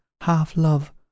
half-love